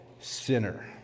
sinner